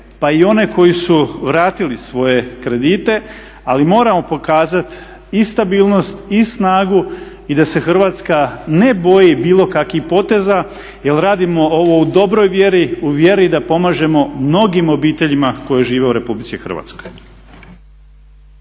pa i one koji su vratili svoje kredite. Ali moramo pokazati i stabilnost i snagu i da se Hrvatska ne boji bilo kakvih poteza, jer radimo ovo u dobroj vjeri, u vjeri da pomažemo mnogim obiteljima koje žive u Republici Hrvatskoj.